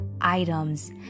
items